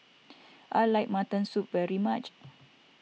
I like Mutton Soup very much